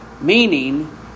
Meaning